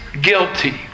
guilty